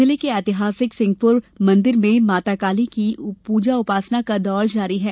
जिले के एतिहासिक सिंगपुर मंदिर में माता काली की पूजा उपासना का दौर जारी है